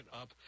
up